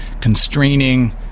constraining